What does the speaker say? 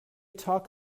talk